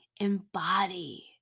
embody